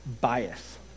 bias